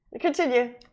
Continue